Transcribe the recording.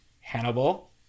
Hannibal